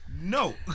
No